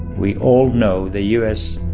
we all know the u s.